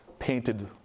painted